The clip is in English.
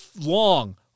long